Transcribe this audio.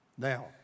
Now